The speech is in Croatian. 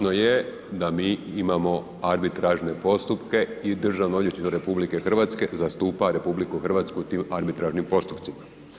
Točno je da mi imamo arbitražne postupke i Državno odvjetništvo RH zastupa RH u tim arbitražnim postupcima.